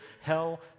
hell